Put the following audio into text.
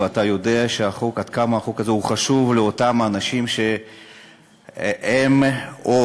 ואתה יודע עד כמה החוק הזה חשוב לאותם האנשים שהם או